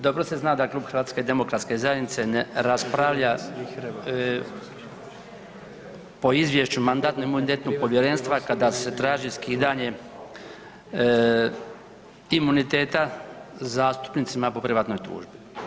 Dobro se zna da Klub HDZ-a ne raspravlja po izvješću Mandatno-imunitetnog povjerenstva kada se traži skidanje imuniteta zastupnicima po privatnoj tužbi.